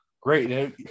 Great